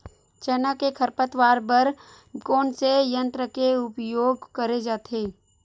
चना के खरपतवार बर कोन से यंत्र के उपयोग करे जाथे?